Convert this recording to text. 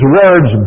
words